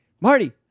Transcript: Marty